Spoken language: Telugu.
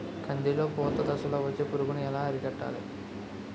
కందిలో పూత దశలో వచ్చే పురుగును ఎలా అరికట్టాలి?